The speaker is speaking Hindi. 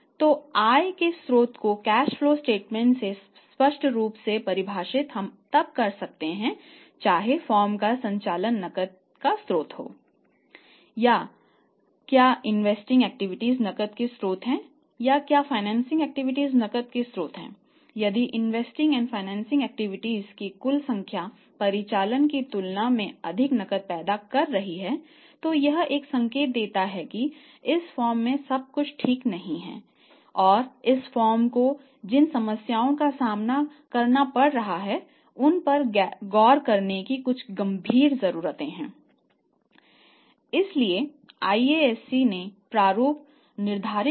तो आय के स्रोतों को कैश फ्लो स्टेटमेंट में स्पष्ट रूप से परिभाषित हम अब कर सकते हैं चाहे फर्म का संचालन नकद का स्रोत हो